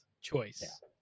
choice